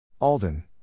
Alden